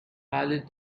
violate